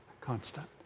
constant